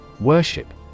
Worship